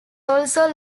also